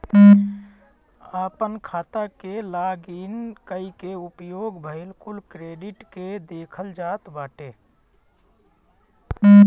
आपन खाता के लॉग इन कई के उपयोग भईल कुल क्रेडिट के देखल जात बाटे